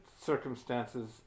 circumstances